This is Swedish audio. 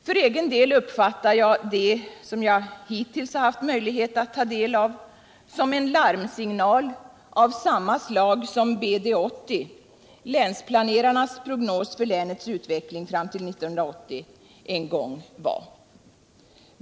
För egen del uppfattar jag det jag hittills haft möjlighet att ta del av som en larmsignal av samma slag som BD-80 — länsplanerarnas prognos för länets utveckling fram till 1980 — en gång var.